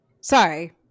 Sorry